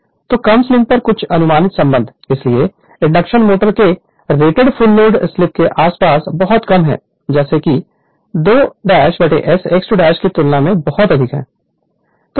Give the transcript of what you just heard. Refer Slide Time 3004 तो कम slip पर कुछ अनुमानित संबंध इसलिए इंडक्शन मोटर के रेटेड फुल लोड स्लिप के आसपास बहुत कम है जैसे कि2 S x2 की तुलना में बहुत अधिक है